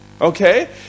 Okay